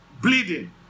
bleeding